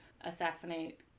assassinate